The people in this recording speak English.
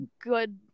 good